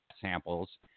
samples